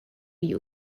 you